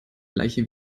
gleiche